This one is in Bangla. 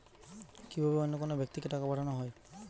কি ভাবে অন্য কোনো ব্যাক্তিকে টাকা পাঠানো হয়?